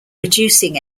reducing